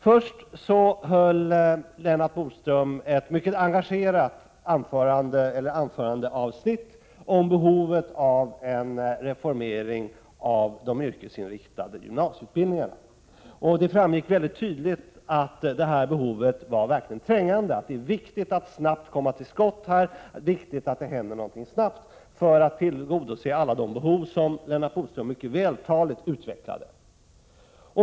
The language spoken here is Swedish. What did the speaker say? Först höll Lennart Bodström ett mycket engagerat anförandeavsnitt om behovet av en reformering av de yrkesinriktade gymnasieutbildningarna. Det framgick mycket tydligt att detta behov verkligen är trängande och att det är viktigt att snabbt så att säga komma till skott. Det är viktigt att det händer något snabbt för att man skall tillgodose alla de behov som Lennart Bodström mycket vältaligt utvecklade.